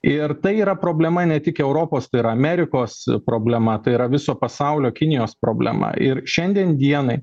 ir tai yra problema ne tik europos tai yra amerikos problema tai yra viso pasaulio kinijos problema ir šiandien dienai